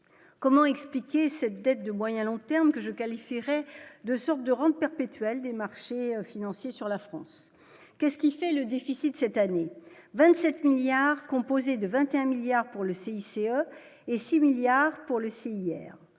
comment expliquer cette dette de moyen long terme que je qualifierais de sorte de rentes perpétuelles des marchés financiers sur la France qu'est-ce qui fait le déficit cette année 25 milliards composé de 21 milliards pour le CICE et 6 milliards pour le site